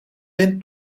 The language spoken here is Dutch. wind